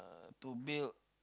uh to build